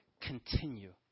continue